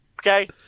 Okay